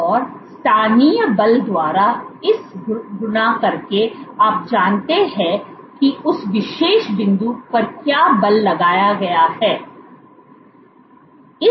और स्थानीय बल द्वारा इस गुणा करके आप जानते हैं कि उस विशेष बिंदु पर क्या बल लगाया गया है